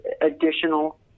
additional